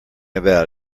about